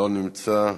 לא נמצא,